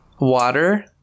water